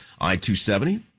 I-270